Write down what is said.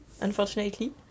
unfortunately